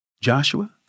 Joshua